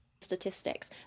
...statistics